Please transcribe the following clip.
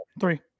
three